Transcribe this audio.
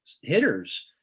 hitters